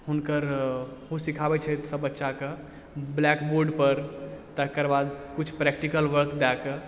हुनकर ओऽ सिखाबैत छथि सभ बच्चाकऽ ब्लैकबोर्डपर तकरबाद किछु प्रैक्टिकल वर्क दएकऽ